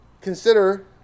Consider